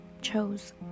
chose